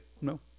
no